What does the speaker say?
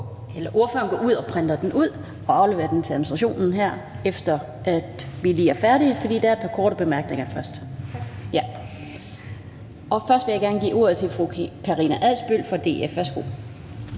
Først vil jeg gerne give ordet til fru Karina Adsbøl fra DF. Værsgo.